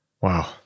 Wow